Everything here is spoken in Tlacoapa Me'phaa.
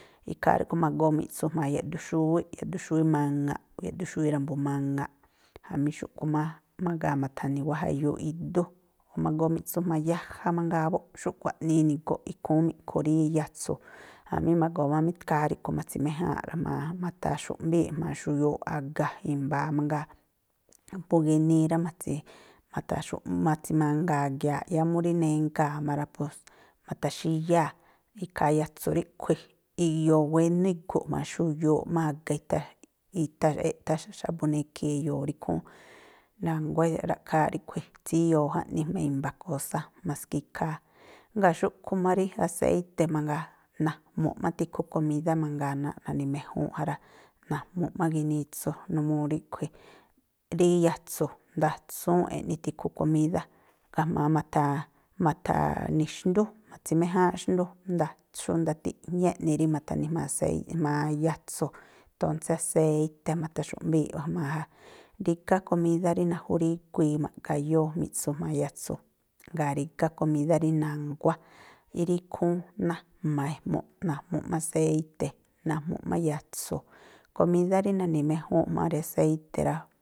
Ikhaa ríꞌkhui̱ ma̱goo mi̱ꞌtsu jma̱a yaꞌduxúwíꞌ, yaꞌduxúwí maŋa̱ꞌ, o̱ yaꞌduun xúwíꞌ ra̱mbu̱ maŋa̱ꞌ, jamí xúꞌkhui̱ má mangaa ma̱tha̱ni̱ wáa̱ jayuuꞌ idú, o̱ ma̱goo mi̱tsu jma̱a yaja mangaa buꞌ. Xúꞌkhui̱ jaꞌnii ini̱gu̱ꞌ ikhúún mi̱ꞌkhu rí yatsu̱, jamí ma̱goo má ikhaa ríꞌkhui̱ ma̱tsi̱méjáanꞌla jma̱a, ma̱tha̱xu̱ꞌmbíi̱ꞌ jma̱a xuyuuꞌ a̱ga, i̱mba̱a̱ mangaa. Po gi̱nii rá, ma̱tsi̱ ma̱tsi̱mangaa a̱giaaꞌ, yáá mú rí nengaa̱ má rá, pos ma̱tha̱xíyáa̱, ikhaa yatsu̱ ríꞌkhui̱ iyoo, wénú igu̱ꞌ jma̱a xuyuuꞌ má a̱ga itha, itha, eꞌthá xa̱bu̱ nekhi̱i̱ e̱yo̱o̱ rí ikhúún. Na̱nguá, ra̱ꞌkhááꞌ ríꞌkhui̱. tsíyoo áꞌni jma̱a i̱mba̱ kósá, maske ikhaa. Jngáa̱ xúꞌkhui̱ má rí aséi̱te̱ mangaa. najmu̱ꞌ má tikhu komídá mangaa, náa̱ꞌ na̱ni̱méjún ja rá, najmu̱ꞌ má ginitsu numuu ríꞌkhui̱, rí yatsu̱ ndatsúúnꞌ eꞌni tikhu komídá, ga̱jma̱a ma̱tha̱ni̱ xndú, ma̱tsi̱méjáánꞌ xndú, nda, xú ndatiꞌjñá eꞌni rí ma̱tha̱ni̱ jma̱a aséi̱ jma̱a yatsu̱. Tósé aséíté ma̱tha̱xu̱ꞌmbíi̱ wáa̱ jma̱a ja. Rígá komídá rí najuríguii ma̱ꞌgayóó mi̱ꞌtsú jma̱a yatsu̱, jngáa̱ rígá komídá rí na̱nguá. Rí ikhúún nájma̱ ejmu̱ꞌ, najmu̱ꞌ má aséi̱te̱, najmu̱ꞌ má yatsu̱. Komídá rí na̱ni̱mejúnꞌ jma̱a rí aséi̱te rá.